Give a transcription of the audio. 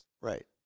Right